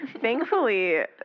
Thankfully